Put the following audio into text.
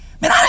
Man